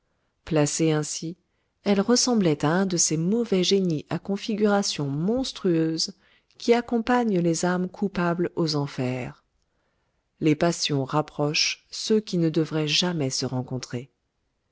placée ainsi elle ressemblait à un de ces mauvais génies à configuration monstrueuse qui accompagnent les âmes coupables aux enfers les passions rapprochent ceux qui ne devraient jamais se rencontrer